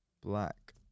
black